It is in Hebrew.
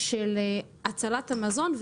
של הצלת המזון,